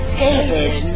David